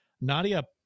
Nadia